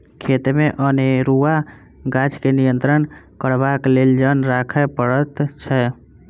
खेतमे अनेरूआ गाछ के नियंत्रण करबाक लेल जन राखय पड़ैत छै